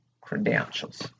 credentials